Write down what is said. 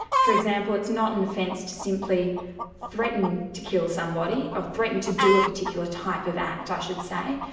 for example, it's not an offence to simply threaten to kill somebody, or threaten to do a particular type of act i should say,